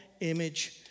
image